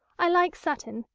i like sutton,